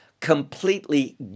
completely